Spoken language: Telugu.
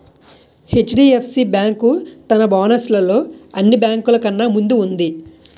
హెచ్.డి.ఎఫ్.సి బేంకు తన బోనస్ లలో అన్ని బేంకులు కన్నా ముందు వుంది